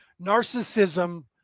Narcissism